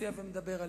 מציע ומדבר עליהם,